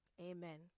Amen